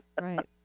Right